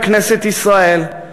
בכנסת ישראל,